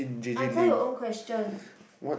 answer your own question